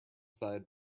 side